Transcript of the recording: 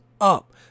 up